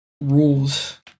rules